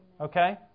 okay